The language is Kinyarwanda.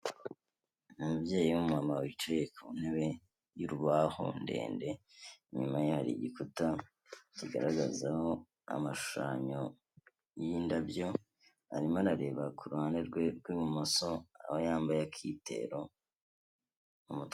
Umubyeyi w'umumama wicaye ku ntebe y'urubaho ndende inyuma ye hari igikuta kigaragazaho amashushanyo y'indabyo, arimo arareba ku ruhande rwe rw'ibumoso, aba yambaye akitero mu mutwe.